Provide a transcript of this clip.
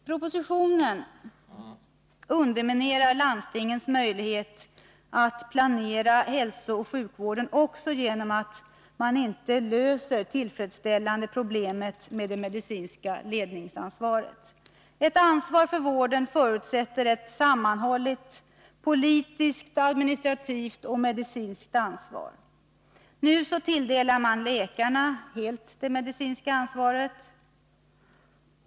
Propositionerna underminerar landstingens möjlighet att planera hälsooch sjukvården också genom att man inte tillfredsställande löser problemet med det medicinska ledningsansvaret. Ett ansvar för vården förutsätter ett sammanhållet politiskt, administrativt och medicinskt ansvar. Nu tilldelar man läkarna hela det medicinska ansvaret.